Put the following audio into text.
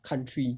country